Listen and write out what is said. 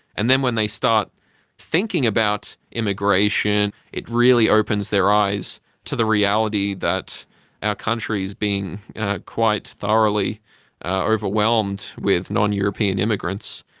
and then when they start thinking about immigration, it really opens their eyes to the reality that our country is being quite thoroughly overwhelmed with non-european immigrants.